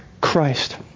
Christ